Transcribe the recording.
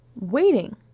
waiting